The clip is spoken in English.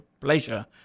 pleasure